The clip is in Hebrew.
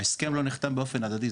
ההסכם לא נחתם באופן הדדי,